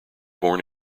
born